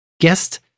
guest